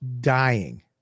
dying